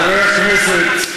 חברי הכנסת,